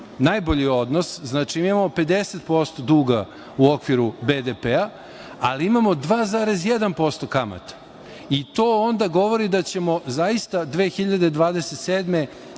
najbolji odnos. Znači, mi imamo 50% duga u okviru BDP-a, ali imao 2,1% kamata, i to onda govori da ćemo zaista 2027.